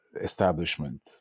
establishment